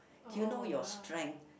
do you know your strength